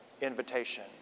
invitation